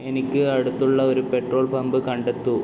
എനിക്ക് അടുത്തുള്ള ഒരു പെട്രോൾ പമ്പ് കണ്ടെത്തൂ